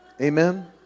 amen